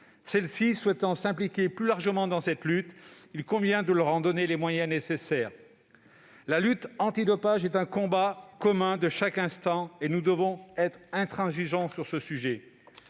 celles-ci souhaitent s'impliquer plus largement dans la lutte contre le dopage, il convient de leur en donner les moyens nécessaires. La lutte antidopage est un combat commun de chaque instant, et nous devons être intransigeants sur ce sujet.